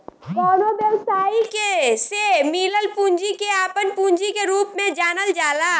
कवनो व्यवसायी के से मिलल पूंजी के आपन पूंजी के रूप में जानल जाला